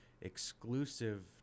exclusive